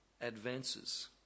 advances